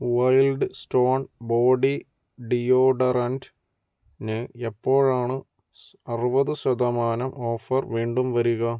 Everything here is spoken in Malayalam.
വൈൽഡ് സ്റ്റോൺ ബോഡി ഡിയോഡറന്റിന് എപ്പോഴാണ് ആറുപത് ശതമാനം ഓഫർ വീണ്ടും വരിക